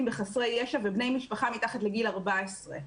בחסרי ישע ובני משפחה מתחת לגיל 14,